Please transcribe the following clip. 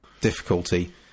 difficulty